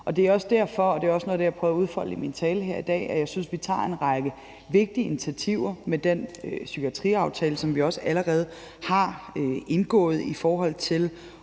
Det er også derfor – og det er noget af det, jeg prøver at udfolde i min tale her i dag – at jeg synes, vi tager en række vigtige initiativer med den psykiatriaftale, som vi også allerede har indgået i forhold til